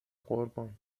قربان